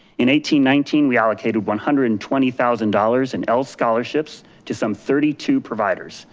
in eighteen nineteen, we allocated one hundred and twenty thousand dollars in els scholarships to some thirty two providers,